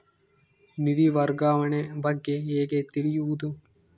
ನಿಧಿ ವರ್ಗಾವಣೆ ಬಗ್ಗೆ ಹೇಗೆ ತಿಳಿಯುವುದು?